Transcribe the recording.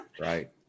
right